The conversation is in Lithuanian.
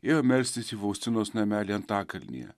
ėjo melstis į faustinos namelį antakalnyje